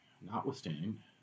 notwithstanding